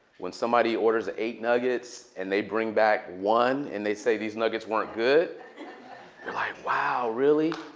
when somebody orders eight nuggets and they bring back one. and they say these nuggets weren't good, we're like, wow, really?